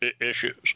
issues